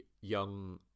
young